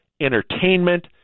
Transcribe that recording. entertainment